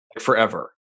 forever